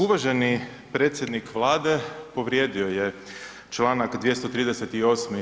Uvaženi predsjednik Vlade povrijedio je članak 238.